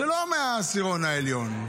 שלא מהעשירון העליון,